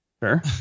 Sure